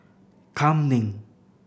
Kam Ning